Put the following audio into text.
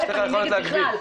א' אני נגד בכלל,